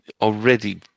already